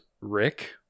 Rick